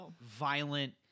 violent